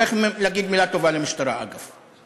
צריך להגיד מילה טובה למשטרה, אגב.